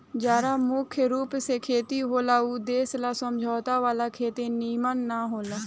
जहा मुख्य रूप से खेती होला ऊ देश ला समझौता वाला खेती निमन न होला